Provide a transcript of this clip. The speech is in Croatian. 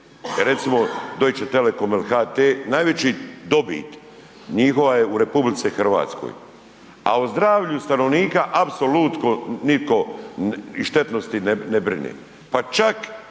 recimo Deutsche telekom ili HT najveći dobit njihova je u RH, a o zdravlju stanovnika apsolutno nitko i štetnosti ne brine. Pa čak